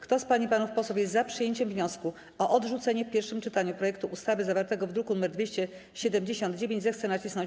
Kto z pań i panów posłów jest za przyjęciem wniosku o odrzucenie w pierwszym czytaniu projektu ustawy zawartego w druku nr 279, zechce nacisnąć